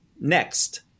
next